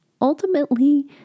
ultimately